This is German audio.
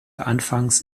anfangs